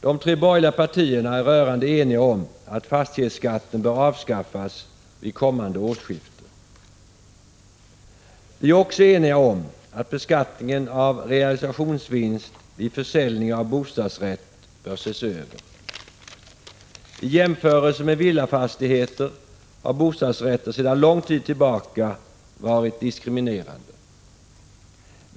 De tre borgerliga partierna är rörande eniga om att fastighetsskatten bör avskaffas vid kommande årsskifte. Vi är också eniga om att beskattningen av realisationsvinst vid försäljning av bostadsrätt bör ses över. I jämförelse med villafastigheter har bostadsrätter sedan lång tid tillbaka varit diskriminerade.